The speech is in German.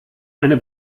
eine